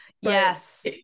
yes